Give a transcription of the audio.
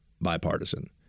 Bipartisan